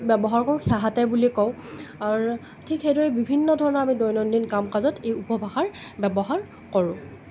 ব্যৱহাৰ কৰোঁ সেহেঁতে বুলি কওঁ আৰু ঠিক সেইদৰে আমি বিভিন্ন ধৰণৰ দৈনন্দদিন কাম কাজত এই উপভাষাৰ ব্যৱহাৰ কৰোঁ